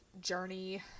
journey